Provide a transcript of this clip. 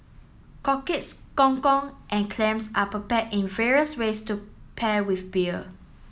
cockles gong gong and clams are prepared in various ways to pair with beer